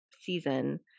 season